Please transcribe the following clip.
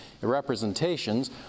representations